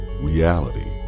reality